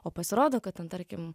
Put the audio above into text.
o pasirodo kad ten tarkim